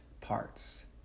parts